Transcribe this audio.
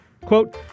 Quote